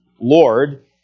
Lord